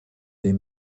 des